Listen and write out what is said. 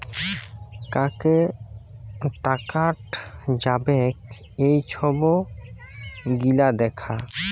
কাকে টাকাট যাবেক এই ছব গিলা দ্যাখা